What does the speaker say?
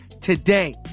today